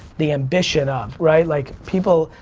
the ambition of, right, like people,